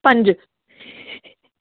पंज